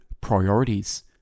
priorities